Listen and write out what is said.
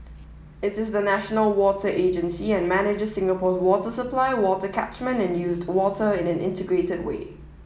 it is the national water agency and manages Singapore's water supply water catchment and used water in an integrated way